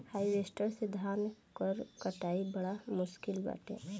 harvester से धान कअ कटाई बड़ा मुश्किल बाटे